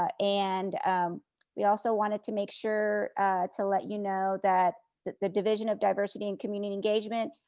ah and we also wanted to make sure to let you know that that the division of diversity and community engagement,